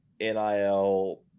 nil